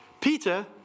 Peter